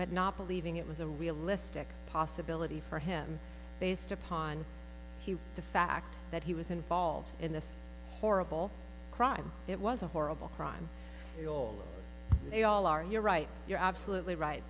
but not believing it was a realistic possibility for him based upon the fact that he was involved in this horrible crime it was a horrible crime you'll they all are you're right you're absolutely right